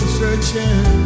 searching